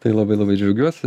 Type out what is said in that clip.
tai labai labai džiaugiuosi